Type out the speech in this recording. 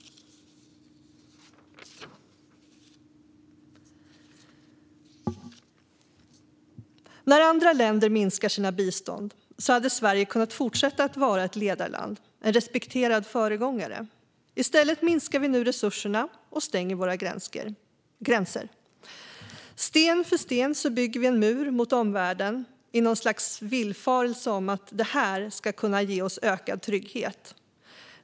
När andra länder minskar sina bistånd hade Sverige kunnat fortsätta att vara ett ledarland, en respekterad föregångare. I stället minskar vi nu resurserna och stänger våra gränser. Sten för sten bygger vi en mur mot omvärlden i något slags villfarelse om att det ska kunna ge oss ökad trygghet.